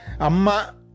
Amma